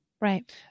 Right